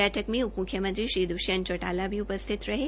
बैठक में उप मुख्यमंत्री श्री द्वष्यंत चौटाला भी उपस्थित थे